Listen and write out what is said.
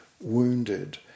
wounded